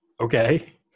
Okay